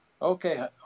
Okay